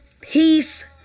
Peace